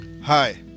Hi